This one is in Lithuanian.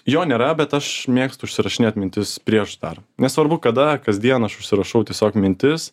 jo nėra bet aš mėgstu užsirašinėt mintis prieš dar nesvarbu kada kasdien aš užsirašau tiesiog mintis